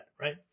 Right